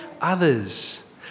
others